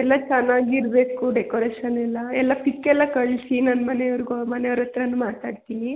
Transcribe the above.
ಎಲ್ಲ ಚೆನ್ನಾಗಿರ್ಬೇಕು ಡೆಕೋರೇಷನ್ ಎಲ್ಲ ಎಲ್ಲ ಪಿಕ್ ಎಲ್ಲ ಕಳಿಸಿ ನನ್ನ ಮನೆಯವ್ರಿಗೂ ಮನೆಯವ್ರ ಹತ್ರಾನು ಮಾತಾಡ್ತೀನಿ